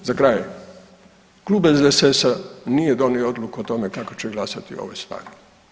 Za kraj, Klub SDSS-a nije donio odluku o tome kako će glasati o ovoj stvari.